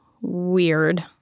weird